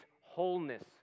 wholeness